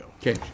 Okay